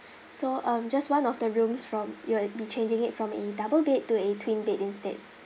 so um just one of the rooms from you'll be changing it from a double bed to a twin bed instead